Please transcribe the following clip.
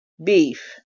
Beef